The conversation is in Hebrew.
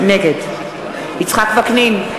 נגד יצחק וקנין,